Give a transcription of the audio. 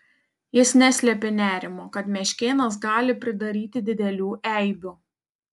jis neslėpė nerimo kad meškėnas gali pridaryti didelių eibių